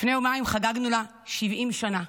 לפני יומיים חגגנו לה 70 שנה.